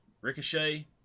ricochet